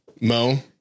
Mo